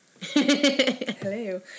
Hello